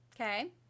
Okay